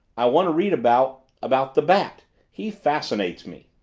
i want to read about about the bat he fascinates me.